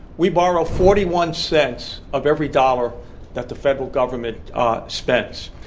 we borrow forty one cents of every dollar that the federal government spends.